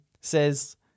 says